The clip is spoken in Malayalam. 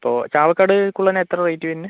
ഇപ്പോൾ ചാവക്കാട് കുള്ളൻ എത്ര റേറ്റ് വരുന്ന